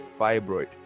fibroid